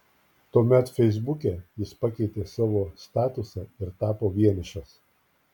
tuomet feisbuke jis pakeitė savo statusą tapo vienišas